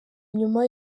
nyuma